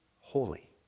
holy